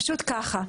פשוט ככה.